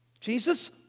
Jesus